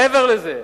מעבר לזה,